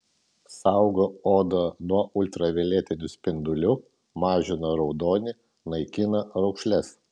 saugo odą nuo ultravioletinių spindulių mažina raudonį naikina raukšles